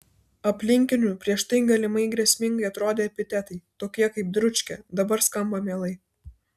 aplinkinių prieš tai galimai grėsmingai atrodę epitetai tokie kaip dručkė dabar skamba mielai